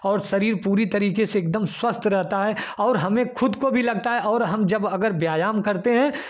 और शरीर पूरी तरीके से एकदम स्वस्थ रहता है और हमें खुद को भी लगता है और हम जब अगर व्यायाम करते हैं